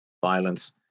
violence